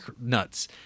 nuts